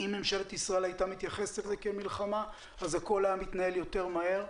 אם ממשלת ישראל הייתה מתייחסת לזה כאל מלחמה הכל היה מתנהל יותר מהר,